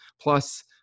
Plus